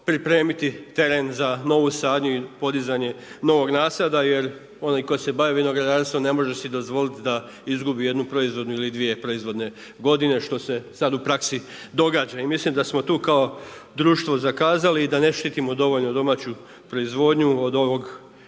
pripremiti teren za novu sadnju i podizanje novog nasada jer onaj tko se bavi vinogradarstvom ne može si dozvoliti da izgubi jednu proizvodnu ili dvije proizvodne godine što se sad u praksi događa. Mislim da smo tu kao društvo zakazali i da ne štitimo dovoljno domaću proizvodnju od ove